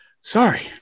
sorry